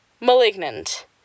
Malignant